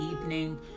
evening